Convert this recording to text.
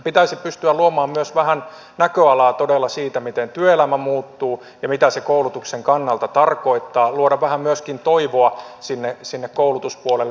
pitäisi pystyä luomaan myös vähän näköalaa todella siitä miten työelämä muuttuu ja mitä se koulutuksen kannalta tarkoittaa luoda vähän myöskin toivoa sinne koulutuspuolelle